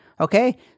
okay